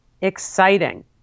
exciting